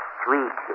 sweet